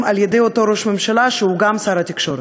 על-ידי אותו ראש ממשלה שהוא גם שר התקשורת.